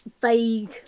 vague